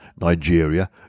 Nigeria